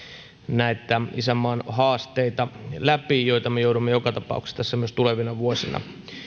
läpi näitä isänmaan haasteita joita me joudumme joka tapauksessa tässä myös tulevina